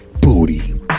booty